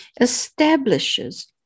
establishes